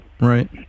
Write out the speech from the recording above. Right